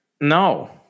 No